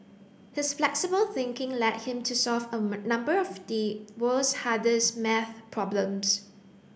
his flexible thinking led him to solve a number of the world's hardest maths problems